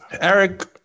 Eric